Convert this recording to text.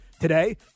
today